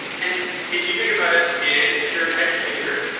and if you think about it, if you're an educator,